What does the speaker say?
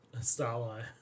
starlight